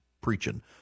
preaching